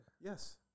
yes